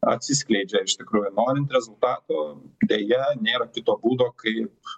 atsiskleidžia ir iš tikrųjų norint rezultatų deja nėra kito būdo kaip